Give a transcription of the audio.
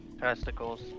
testicles